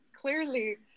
Clearly